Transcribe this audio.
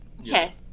Okay